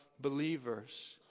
believers